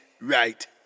right